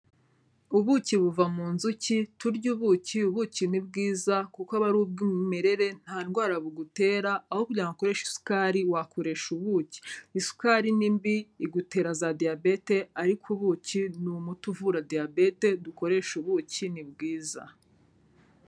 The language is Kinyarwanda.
Ubuki buva mu nzuki, turye ubuki, ubuki ni bwiza kuko aba ari ubw'umwimerere nta ndwara bugutera, aho kugira ngo ukoresha isukari wakoresha ubuki. Isukari ni mbi igutera za Diyabete ariko ubuki ni umuti uvura Diyabete. Dukoresha ubuki ni bwiza.